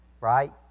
right